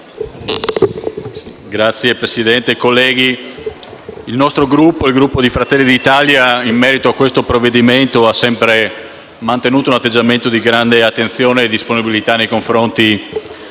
Signor Presidente, colleghi, il nostro Gruppo Fratelli d'Italiain merito a questo provvedimento ha sempre mantenuto un atteggiamento di grande attenzione e disponibilità nei confronti